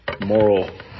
moral